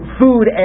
food